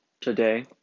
today